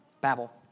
Babel